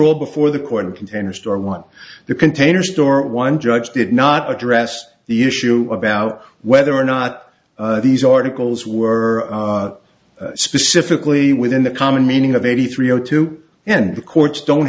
all before the court and container store want the container store one judge did not address the issue about whether or not these articles were specifically within the common meaning of eighty three o two and the courts don't